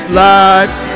life